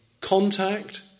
contact